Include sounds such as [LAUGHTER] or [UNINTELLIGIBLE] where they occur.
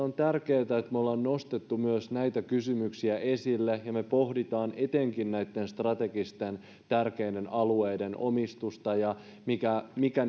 [UNINTELLIGIBLE] on tärkeätä että me olemme nostaneet myös näitä kysymyksiä esille ja me pohdimme etenkin näitten strategisesti tärkeiden alueiden omistusta ja sitä mikä [UNINTELLIGIBLE]